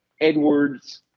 edwards